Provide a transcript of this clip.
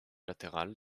latérales